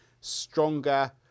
stronger